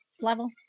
level